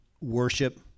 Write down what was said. worship